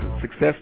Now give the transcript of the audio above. Success